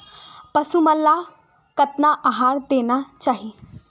पशु मन ला कतना आहार देना चाही?